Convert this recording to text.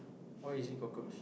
why is it cockroach